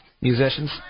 musicians